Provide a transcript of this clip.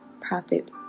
profit